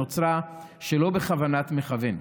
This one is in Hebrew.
שנוצרה שלא בכוונת מכוון.